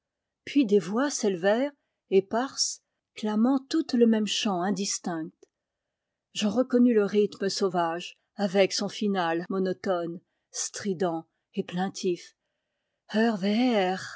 puis des voix s élevèrent éparses clamant toutes le même chant indistinct j'en reconnus le rythme sauvage avec son finale monotone strident et plaintif